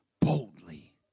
Boldly